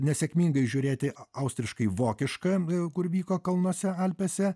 nesėkmingai žiūrėti austriškai vokišką kur vyko kalnuose alpėse